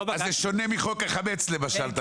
אתה מתכוון לכך שזה שונה מחוק החמץ, למשל.